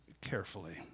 carefully